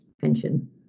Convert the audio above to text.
pension